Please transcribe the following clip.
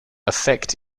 affect